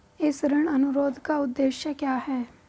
इस ऋण अनुरोध का उद्देश्य क्या है?